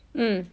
mm